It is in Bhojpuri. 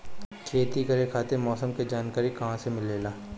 खेती करे खातिर मौसम के जानकारी कहाँसे मिलेला?